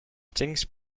things